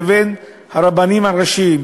לבין הרבנים הראשיים,